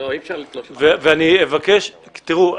תראו,